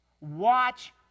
Watch